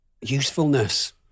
usefulness